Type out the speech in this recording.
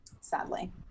Sadly